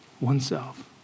oneself